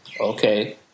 okay